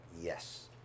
yes